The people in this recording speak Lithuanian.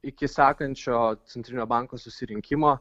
iki sekančio centrinio banko susirinkimo